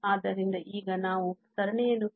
ಆದ್ದರಿಂದ ಈಗ ನಾವು ಸರಣಿಯನ್ನು ಪ್ರತ್ಯೇಕಿಸುತ್ತಿದ್ದೇವೆ